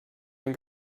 ein